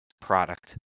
product